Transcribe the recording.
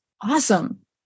Awesome